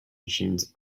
machines